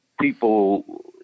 people